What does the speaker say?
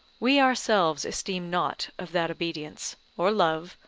we ourselves esteem not of that obedience, or love,